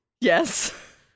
yes